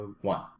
One